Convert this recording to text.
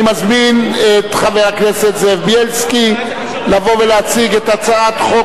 אני מזמין את חבר הכנסת זאב בילסקי לבוא ולהציג את הצעת חוק